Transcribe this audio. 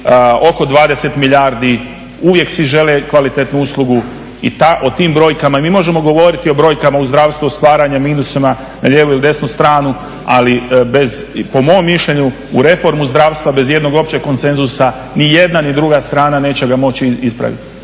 oko 20 milijardi, uvijek svi žele kvalitetnu uslugu. O tim brojkama i mi možemo govoriti o brojkama u zdravstvu, stvaranjem minusa na lijevu i desnu stranu ali bez po mom mišljenju u reformu zdravstva bez jednog općeg konsenzusa ni jedna ni druga strana neće ga moći ispraviti.